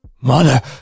Mother